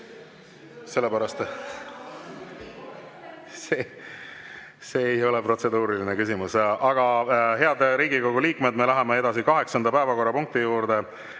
Sellepärast, et see ei ole protseduuriline küsimus. Head Riigikogu liikmed! Me läheme edasi kaheksanda päevakorrapunkti juurde.